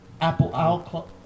Apple